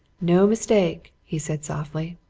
no mistake! he said softly.